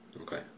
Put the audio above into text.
okay